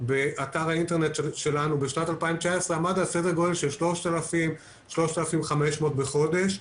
באתר האינטרנט בשנת 2019 עמד על סדר גודל של 3,000-3,500 בחודש,